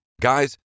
Guys